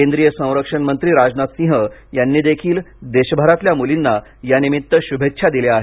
केंद्रीय संरक्षणमंत्री राजनाथसिंह यांनी देखील देशभरातल्या मुलींना यानिमित्त शुभेच्छा दिल्या आहेत